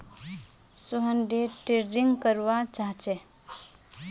Sohan day trading करवा चाह्चे